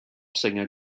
singer